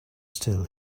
still